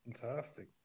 Fantastic